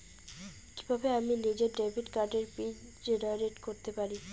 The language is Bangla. কিভাবে আমি নিজেই ডেবিট কার্ডের পিন জেনারেট করতে পারি?